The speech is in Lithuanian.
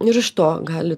nu ir iš to gali